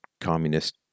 communist